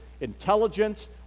intelligence